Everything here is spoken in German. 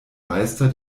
meister